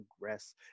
progress